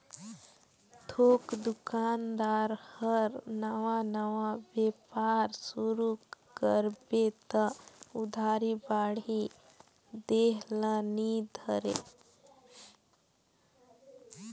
थोक दोकानदार हर नावा नावा बेपार सुरू करबे त उधारी बाड़ही देह ल नी धरे